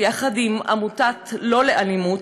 ויחד עם עמותת "לא לאלימות",